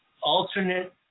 alternate